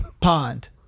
Pond